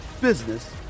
business